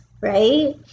right